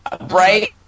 right